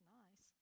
nice